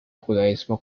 judaísmo